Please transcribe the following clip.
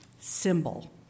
symbol